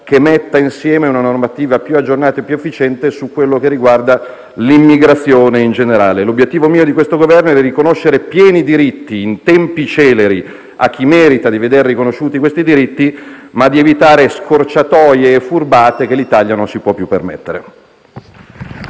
che metta insieme una normativa più aggiornata e più efficiente per quanto riguarda l'immigrazione in generale. Obiettivo mio e di questo Governo è riconoscere pieni diritti in tempi celeri a chi merita di vederseli riconosciuti, ma evitare scorciatoie e furbate che l'Italia non si può più permettere.